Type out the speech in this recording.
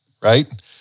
right